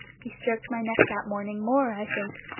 he stroked my neck that morning more, i think,